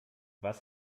was